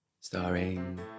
Starring